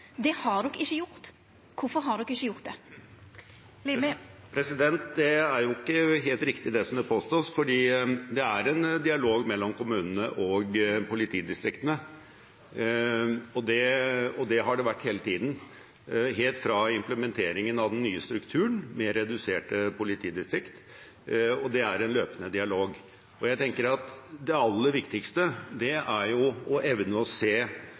det? Det er ikke helt riktig det som påstås, for det er en dialog mellom kommunene og politidistriktene. Det har det vært hele tiden, helt fra implementeringen av den nye strukturen med reduserte politidistrikter, og det er en løpende dialog. Jeg tenker at det aller viktigste er å evne å se